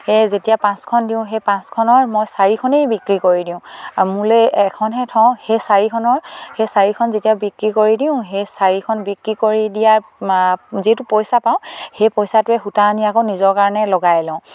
সেই যেতিয়া পাঁচখন দিওঁ সেই পাঁচখনৰ মই চাৰিখনেই বিক্ৰী কৰি দিওঁ মোলে এখনহে থওঁ সেই চাৰিখনৰ সেই চাৰিখন যেতিয়া বিক্ৰী কৰি দিওঁ সেই চাৰিখন বিক্ৰী কৰি দিয়াৰ যিটো পইচা পাওঁ সেই পইচাটোৱে সূতা আনি আকৌ নিজৰ কাৰণে লগাই লওঁ